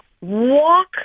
walk